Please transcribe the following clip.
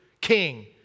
King